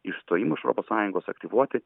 išstojimo iš europos sąjungos aktyvuoti